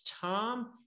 Tom